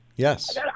Yes